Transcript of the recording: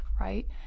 right